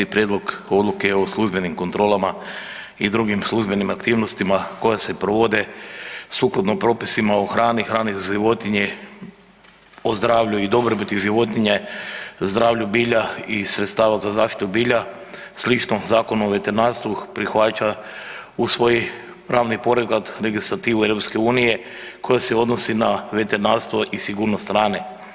Prijedlog odluke o službenim kontrolama i drugim službenim aktivnostima koja se provode sukladno propisima o hrani, hrani za životinje, o zdravlju i dobrobiti životinja, zdravlju bilja i sredstava za zaštitu bilja slično Zakonu o veterinarstvu prihvaća u svoj pravni poredak, legislativu EU-a koja se odnosi na veterinarstvo i sigurnost hrane.